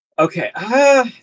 Okay